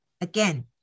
again